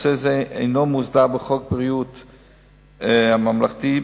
נושא זה אינו מוסדר בחוק ביטוח בריאות ממלכתי,